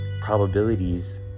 probabilities